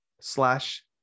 slash